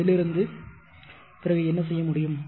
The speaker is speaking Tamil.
அதிலிருந்து பிறகு என்ன செய்ய முடியும்